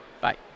Bye